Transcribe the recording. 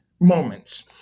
moments